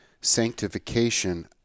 sanctification